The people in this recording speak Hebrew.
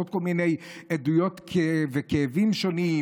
עוד כל מיני עדויות וכאבים שונים,